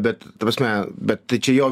bet ta prasme bet tai čia jo